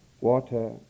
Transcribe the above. Water